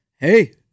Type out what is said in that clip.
hey